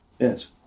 yes